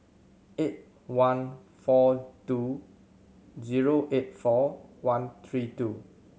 eight one four two zero eight four one three two